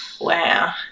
Wow